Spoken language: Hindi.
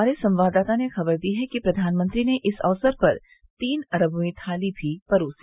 हमारे संवाददाता ने खबर दी है कि प्रधानमंत्री ने इस अवसर पर तीन अरबवीं थाली भी परोसी